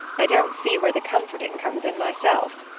i don't see where the comforting comes in myself,